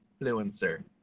influencer